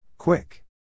Quick